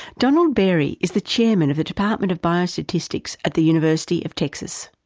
donald berry is the chairman of the department of bio statistics at the university of texas.